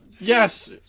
Yes